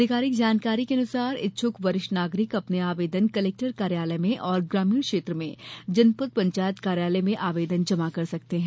अधिकारिक जानकारी के अनुसार इच्छुक वरिष्ठ नागरिक अपने आवेदन कलेक्टर कार्यालय में और ग्रामीण क्षेत्र में जनपद पंचायत कार्यालय में आवेदन जमा कर सकते हैं